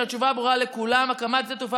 התשובה ברורה לכולם: הקמת שדה תעופה